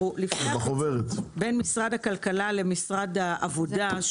לפני הפיצול בין משרד הכלכלה למשרד העבודה,